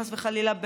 חס וחלילה,